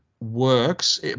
works